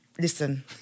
listen